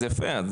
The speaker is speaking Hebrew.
אז יפה,